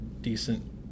decent